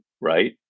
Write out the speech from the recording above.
right